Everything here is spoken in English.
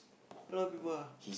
a lot of people ah